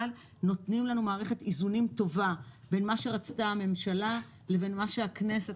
נותנים לנו מערכת איזונים טובה בין מה שרצתה הממשלה לבין מה שהכנסת